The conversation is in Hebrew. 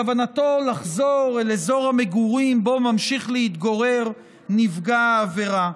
כוונתו לחזור לאזור המגורים שבו ממשיך להתגורר נפגע העבירה.